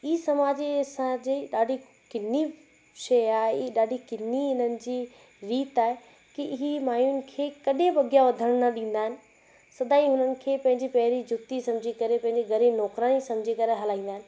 त हीउ समाज जी असांजे ॾाढी किन्नी शइ आहे हीउ ॾाढी किन्नी हिननि जी रीति आहे कि हीउ मायुनि खे कॾहिं बि अॻिया वधणु न ॾींदा आहिनि सदाईं हुननि खे पंहिंजे पैर जी जुती समुझी करे पंहिंजे घर जी नौकराणी समुझी करे हलाईंदा आहिनि